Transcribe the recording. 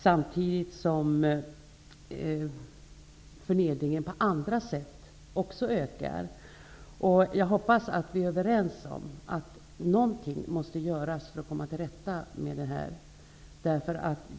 Samtidigt ökar förnedringen också på andra sätt. Jag hoppas att vi är överens om att någonting måste göras för att komma till rätta med detta.